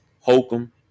holcomb